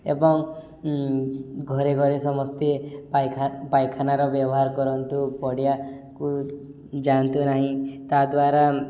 ଏବଂ ଘରେ ଘରେ ସମସ୍ତେ ପାଇଖାନାର ବ୍ୟବହାର କରନ୍ତୁ ପଡ଼ିଆକୁ ଯାଆନ୍ତୁ ନାହିଁ ତାଦ୍ଵାରା